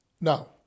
Now